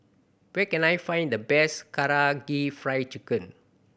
where can I find the best Karaage Fried Chicken